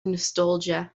nostalgia